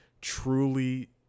truly